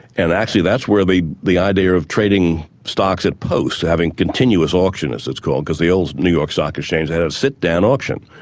and actually that's where the idea of trading stocks at posts, having continuous auction as it's called, because the old new york stock exchange had a sit-down auction.